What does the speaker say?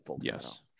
Yes